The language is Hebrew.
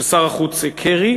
של שר החוץ קרי,